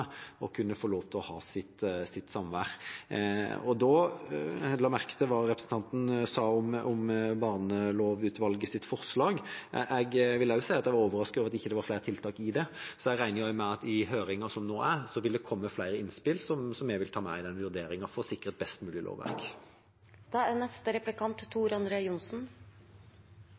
kunne få lov til å ha sitt samvær. Jeg la merke til hva representanten sa om barnelovutvalgets forslag. Jeg vil si at også jeg var overrasket over at det ikke var flere tiltak i det. Men jeg regner med at fra høringen som nå er, vil det komme flere innspill som jeg vil ta med i vurderingen for å sikre et best mulig lovverk. Ministeren nevnte at Nav ikke har kompetanse til å gå inn i foreldrenes konflikt. Det er